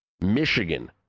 Michigan